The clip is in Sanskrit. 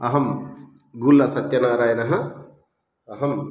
अहं गुल्लसत्यनारायणः अहं